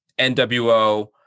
NWO